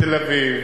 בתל-אביב,